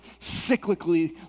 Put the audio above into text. cyclically